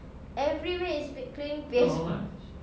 every week is clearing P_S